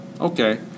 Okay